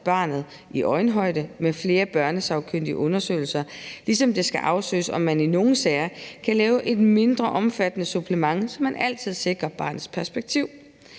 af barnet i øjenhøjde med flere børnesagkyndige undersøgelser, ligesom det skal afsøges, om man i nogle sager kan lave et mindre omfattende supplement, så man altid sikrer barnets perspektiv.